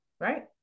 Right